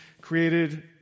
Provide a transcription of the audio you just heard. created